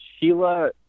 Sheila